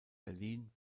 berlin